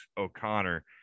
O'Connor